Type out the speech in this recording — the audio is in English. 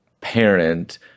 parent